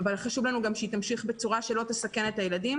אבל חשוב לנו גם שהיא תמשיך בצורה שלא תסכן את הילדים,